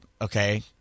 Okay